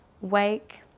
wake